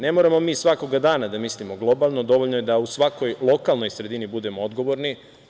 Ne moramo mi svakoga dana da mislimo globalno, dovoljno je da u svakoj lokalnoj sredini budemo odgovorni.